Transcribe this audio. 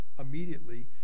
immediately